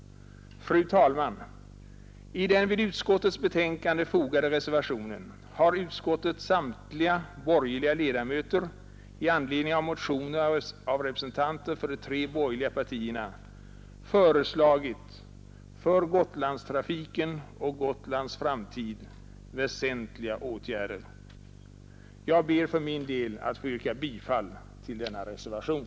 Fru talman! I den vid utskottets betänkande fogade reservationen har utskottets samtliga borgerliga ledamöter i anledning av motioner av representanter för de tre borgerliga partierna föreslagit för Gotlandstrafiken och Gotlands framtid väsentliga åtgärder. Jag ber för min del att få yrka bifall till denna reservation.